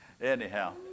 Anyhow